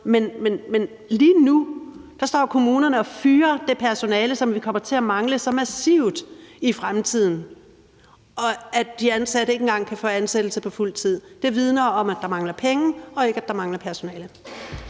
Men lige nu står kommunerne og fyrer det personale, som vi kommer til at mangle så massivt i fremtiden. Og at de ansatte ikke engang kan få ansættelse på fuldtid vidner om, at der mangler penge, og ikke at der mangler personale.